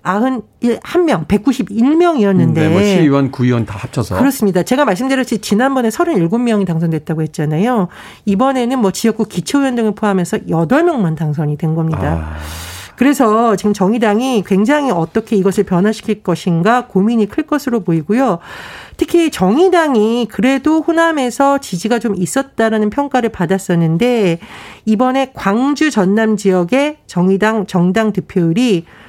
91명, 191명이었는데 음, 네, 뭐 시의원, 구의원 다 합쳐서. 그렇습니다. 제가 말씀드렸듯이 지난번에 37명이 당선됐다고 했잖아요. 이번에는 뭐 지역구 기초의원 등을 포함해서 여덟 명만 당선이 된 겁니다. 아. 그래서 지금 정의당이 굉장히 어떻게 이것을 변화시킬 것인가 고민이 클 것으로 보이고요. 특히 정의당이 그래도 호남에서 지지가 좀 있었다라는 평가를 받았었는데 이번에 광주, 전남 지역의 정의당 정당 득표율이